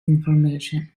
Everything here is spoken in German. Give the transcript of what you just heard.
information